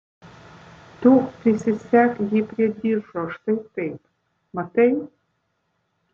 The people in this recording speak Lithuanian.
tu prisisek jį prie diržo štai taip matai